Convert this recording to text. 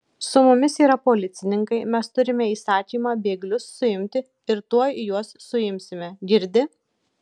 su mumis yra policininkai mes turime įsakymą bėglius suimti ir tuoj juos suimsime girdi